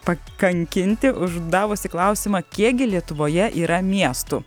pakankinti uždavusi klausimą kiekgi lietuvoje yra miestų